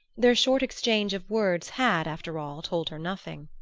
their short exchange of words had, after all, told her nothing.